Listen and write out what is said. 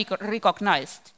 recognized